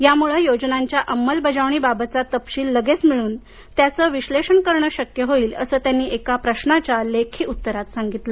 यामुळे योजनांच्या अंमलबजावणीबाबतचा तपशील लगेच मिळून त्याचं विश्सेषण करणं शक्य होईल असं त्यांनी एका प्रश्नाच्या लेखी उत्तरात सांगितलं